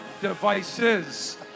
Devices